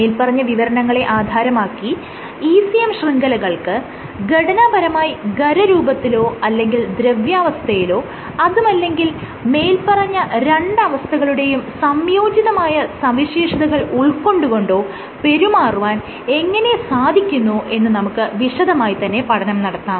മേല്പറഞ്ഞ വിവരണങ്ങളെ ആധാരമാക്കി ECM ശൃംഖലകൾക്ക് ഘടനാപരമായി ഖരരൂപത്തിലോ അല്ലെങ്കിൽ ദ്രവ്യാവസ്ഥയിലോ അതുമല്ലെങ്കിൽ മേല്പറഞ്ഞ രണ്ട് അവസ്ഥകളുടെയും സംയോജിതമായ സവിശേഷതകൾ ഉൾക്കൊണ്ട് കൊണ്ടോ പെരുമാറുവാൻ എങ്ങനെ സാധിക്കുന്നു എന്ന് നമുക്ക് വിശദമായി തന്നെ പഠനം നടത്തം